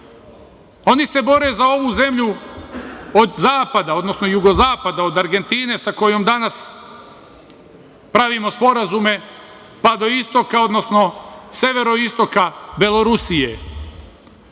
Oni se bore za ovu zemlju od zapada, odnosno jugozapada, od Argentine sa kojom danas pravimo sporazume, pa do istoka, odnosno severoistoka Belorusije,